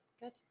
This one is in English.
Good